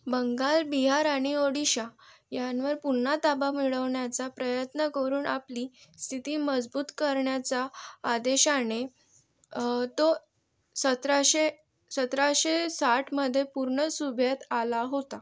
बंगाल बिहार आणि ओडिशा यांवर पुन्हा ताबा मिळवण्याचा प्रयत्न करून आपली स्थिती मजबूत करण्याच्या आशेने तो सतराशे सतराशे साठमध्ये पूर्ण सुभ्यात आला होता